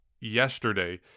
yesterday